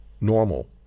normal